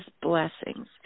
blessings